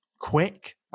quick